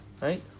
Right